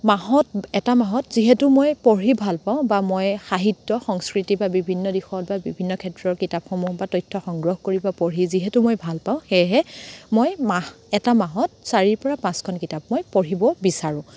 মাহত এটা মাহত যিহেতু মই পঢ়ি ভালপাওঁ বা মই সাহিত্য সংস্কৃতি বা বিভিন্ন দিশত বা বিভিন্ন ক্ষেত্ৰৰ কিতাপসমূহ বা তথ্য সংগ্ৰহ কৰি বা পঢ়ি যিহেতু মই ভালপাওঁ সেয়েহে মই মাহ এটা মাহত চাৰিৰপৰা পাঁচখন কিতাপ মই পঢ়িব বিচাৰোঁ